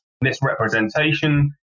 misrepresentation